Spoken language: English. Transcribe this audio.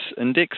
index